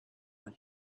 when